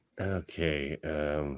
Okay